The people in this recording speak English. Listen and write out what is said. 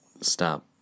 stop